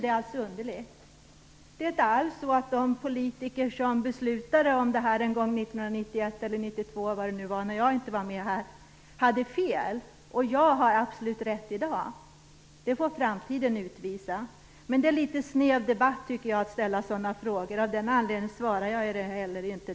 Det är inte alls så att de politiker som beslutade om det här en gång 1991 eller 1992, när jag inte var med här, hade fel och att jag har absolut rätt i dag. Det får framtiden utvisa. Men jag tycker att det är en litet snäv debatt att ställa sådana frågor. Av den anledningen svarar jag heller inte.